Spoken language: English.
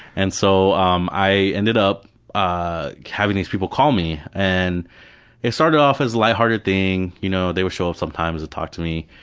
and so um i ended up ah having these people call me. and it started off as a light-hearted thing, you know they would show up sometimes and talk to me.